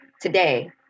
Today